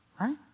right